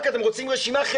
אתם רוצים רשימה?